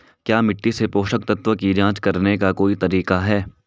क्या मिट्टी से पोषक तत्व की जांच करने का कोई तरीका है?